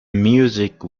music